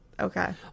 Okay